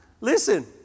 Listen